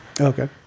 Okay